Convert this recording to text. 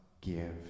give